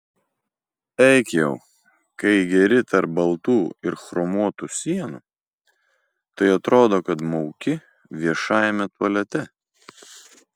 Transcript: eik jau kai geri tarp baltų ir chromuotų sienų tai atrodo kad mauki viešajame tualete